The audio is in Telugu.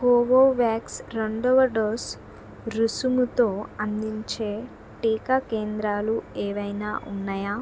కోవోవ్యాక్స్ రెండవ డోసు రుసుముతో అందించే టీకా కేంద్రాలు ఏవైనా ఉన్నాయా